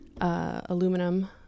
Aluminum